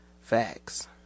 Facts